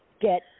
get